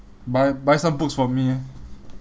buy buy some books for me eh